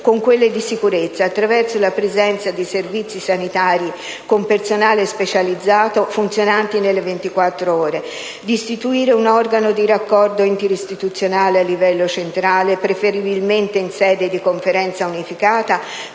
con quelle di sicurezza, attraverso la presenza di servizi sanitari con personale specializzato funzionanti nelle ventiquattrore; di istituire un organo di raccordo interistituzionale a livello centrale, preferibilmente in sede di Conferenza unificata,